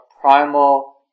primal